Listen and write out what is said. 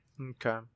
Okay